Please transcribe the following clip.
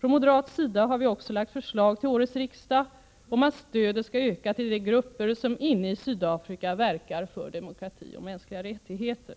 Från moderat sida har vi också lagt förslag till årets riksdag om att stödet skall öka till de grupper som inne i Sydafrika verkar för demokrati och mänskliga rättigheter.